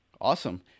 Awesome